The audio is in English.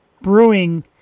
Brewing